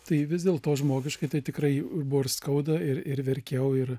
tai vis dėl to žmogiškai tai tikrai buvo ir skauda ir ir verkiau ir